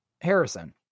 Harrison